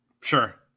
Sure